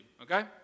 okay